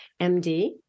MD